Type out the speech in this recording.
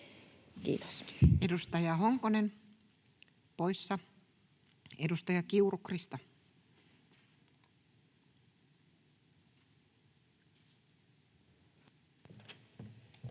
Content: Edustaja Honkonen poissa. — Edustaja Kiuru, Krista. [Speech